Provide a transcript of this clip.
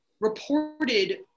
reported